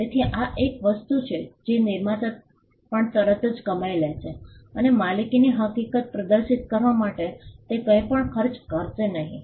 તેથી આ એવી વસ્તુ છે જે નિર્માતા પર તરત જ કમાઇ લે છે અને માલિકીની હકીકત પ્રદર્શિત કરવા માટે તે કંઈપણ ખર્ચ કરશે નહીં